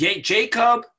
Jacob